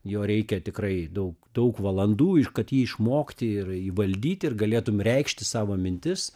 jo reikia tikrai daug daug valandų ir kad jį išmokti ir įvaldyti ir galėtum reikšti savo mintis